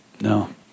no